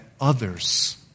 others